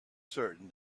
certain